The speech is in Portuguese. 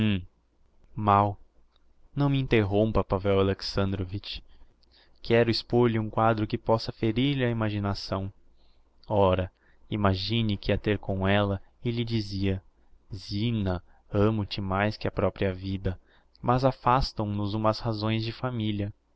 mau não me interrompa pavel alexandrovitch quero expôr lhe um quadro que possa ferir lhe a imaginação ora imagine que ia ter com ella e lhe dizia zina amo-te mais que a propria vida mas afastam nos umas razões de familia